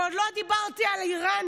ועוד לא דיברתי על איראן,